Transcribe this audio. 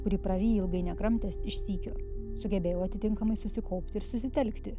kurį prariju ilgai nekramtęs iš sykio sugebėjau atitinkamai susikaupti ir susitelkti